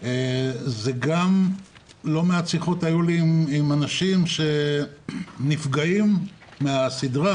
היו לי גם לא מעט שיחות עם אנשים שנפגעים מן הסדרה.